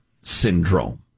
syndrome